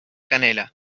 canela